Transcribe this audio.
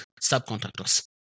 subcontractors